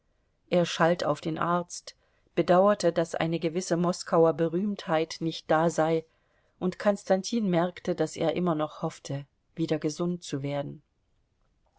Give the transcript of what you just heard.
er schalt auf den arzt bedauerte daß eine gewisse moskauer berühmtheit nicht da sei und konstantin merkte daß er immer noch hoffte wieder gesund zu werden